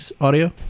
audio